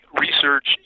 research